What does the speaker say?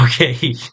Okay